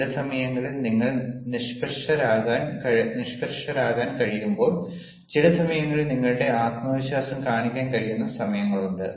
ചില സമയങ്ങളിൽ നിങ്ങൾ നിഷ്പക്ഷരാകാൻ കഴിയുമ്പോൾ ചില സമയങ്ങളിൽ നിങ്ങളുടെ ആത്മവിശ്വാസം കാണിക്കാൻ കഴിയുന്ന സമയങ്ങളുണ്ട്